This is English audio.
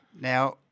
Now